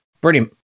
Brilliant